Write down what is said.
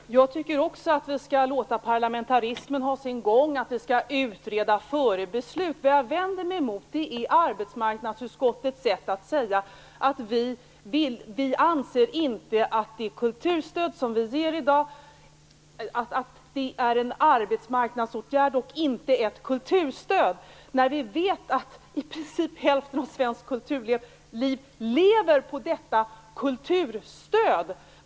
Fru talman! Jag tycker också att vi skall låta parlamentarismen ha sin gång och att vi skall utreda före beslut. Vad jag vänder mig mot är arbetsmarknadsutskottets sätt att säga att det stöd man ger i dag är en arbetsmarknadsåtgärd och inte ett kulturstöd, när vi vet att i princip hälften av svenskt kulturliv lever på detta kulturstöd.